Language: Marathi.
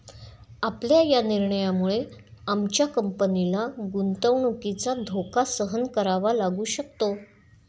आपल्या या निर्णयामुळे आमच्या कंपनीला गुंतवणुकीचा धोका सहन करावा लागू शकतो